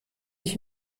ich